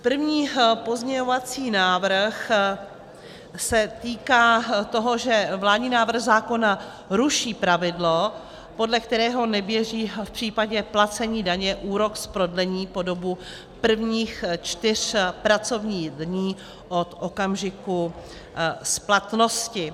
První pozměňovací návrh se týká toho, že vládní návrh zákona ruší pravidlo, podle kterého neběží v případě placení daně úrok z prodlení po dobu prvních čtyř pracovních dní od okamžiku splatnosti.